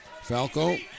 Falco